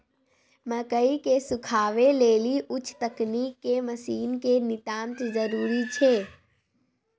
मकई के सुखावे लेली उच्च तकनीक के मसीन के नितांत जरूरी छैय?